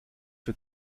für